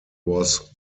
was